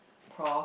prof